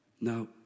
Now